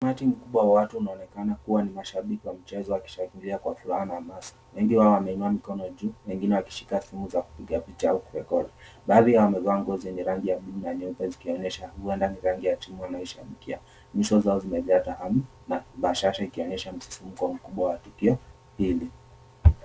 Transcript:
Umati mkubwa wa watu unaoonekana kuwa ni mashabiki wakishangilia kwa furaha na anasa. Wengi wao wameinua mikono juu wengine wakishika zao kupiga picha au kurekodi. Baadhi yao wamevaa nguo zenye rangi ya buluu na nyeupe zikionyesha huenda ni rangi ya timu wanayoishabikia. Nyuso zao zimejaa taharuki na bashasha ikionyesha msisimuko mkubwa wa tukio hili.